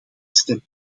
stemmen